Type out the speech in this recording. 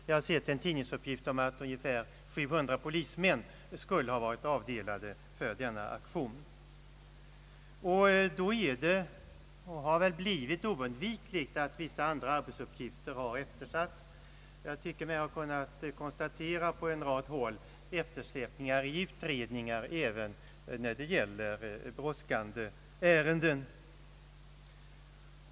Jag har sett en tidningsuppgift om att ungefär 700 polismän skulle ha varit avdelade för denna aktion. Då är det — och har väl blivit — oundvikligt att vissa andra arbetsuppgifter har måst eftersättas. Jag tycker mig på en rad håll ha kunnat konstatera eftersläpningar i utredningar när det gäller brådskande ärenden.